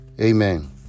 Amen